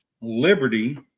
Liberty